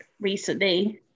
recently